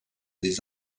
des